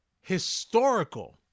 historical